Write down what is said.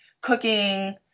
cooking